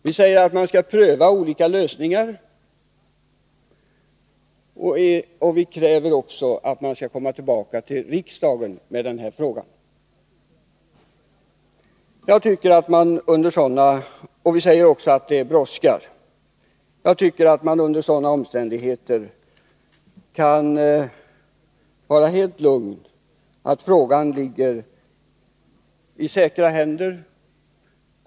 Vi säger att man skall pröva olika lösningar, och vi kräver också att man skall komma tillbaka till riksdagen med den här frågan. Vi säger också att det brådskar. Jag tycker att riksdagen under sådana omständigheter kan vara helt lugn. Frågan ligger i säkra händer.